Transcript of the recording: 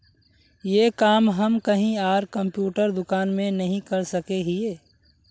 ये काम हम कहीं आर कंप्यूटर दुकान में नहीं कर सके हीये?